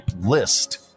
list